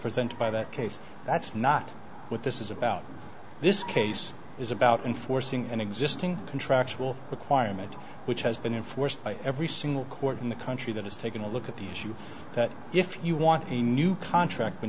presented by that case that's not what this is about this case is about enforcing an existing contractual requirement which has been enforced by every single court in the country that has taken a look at the issue that if you want a new contract when